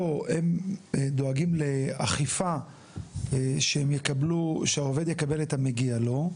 הם דואגים לאכיפה שהעובד יקבל את המגיע לו,